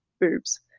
boobs